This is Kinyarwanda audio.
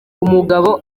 umugabo